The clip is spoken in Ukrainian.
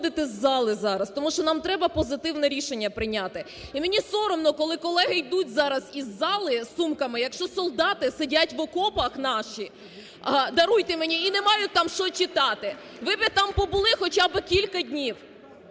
Ви би там побули хоча би кілька днів,